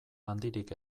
handirik